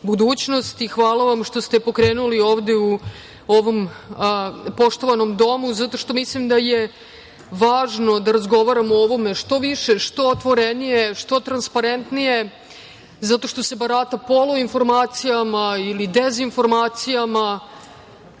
budućnost i hvala vam što ste pokrenuli ovde ovom poštovanom domu, zato što mislim da je važno da razgovaramo o ovome što više, što otvorenije, što transparentnije, zato što se barata poluinformacijama ili dezinformacijama,